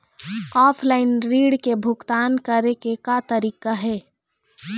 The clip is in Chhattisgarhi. ऑफलाइन ऋण के भुगतान करे के का तरीका हे?